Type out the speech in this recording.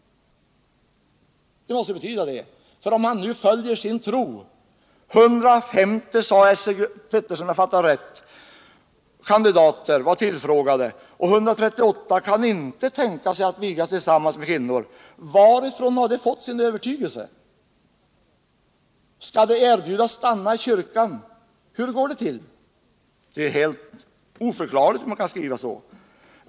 Esse Petersson sade, om jag fattade honom rätt, att 150 manliga kandidater hade tillfrågats, varav 138 inte kunde tänka sig att vigas tillsammans med kvinnor. Varifrån har de fått sin övertygelse? Skall de erbjudas att stanna i kyrkan? Hur skall det gå till? Det är helt oförklarligt att man kan skriva så.